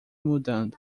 mudando